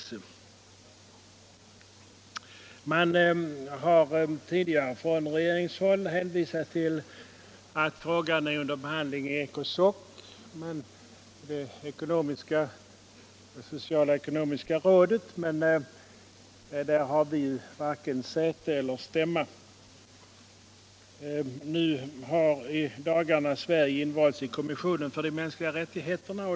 Regeringen har tidigare hänvisat till att frågan är under behandling i ECOSOC, det sociala och ckonomiska rådet. Men där har vi varken säte eller stämma. I dagarna har Sverige invalts i kommissionen för de mänskliga rättigheterna.